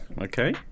Okay